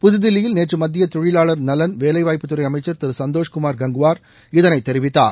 புதுதில்லியில் நேற்று மத்திய தொழிலாளர் நலன் வேலைவாய்ப்புத்துறை அமைச்சர் திரு சந்தோஷ்குமார் கங்வார் இதனைத் தெரிவித்தார்